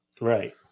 right